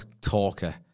talker